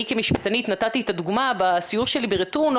אני כמשפטנית נתתי את הדוגמה בסיור שלי ברטורנו